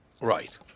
Right